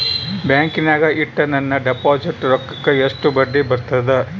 ಬ್ಯಾಂಕಿನಾಗ ಇಟ್ಟ ನನ್ನ ಡಿಪಾಸಿಟ್ ರೊಕ್ಕಕ್ಕ ಎಷ್ಟು ಬಡ್ಡಿ ಬರ್ತದ?